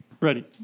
Ready